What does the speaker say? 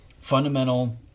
fundamental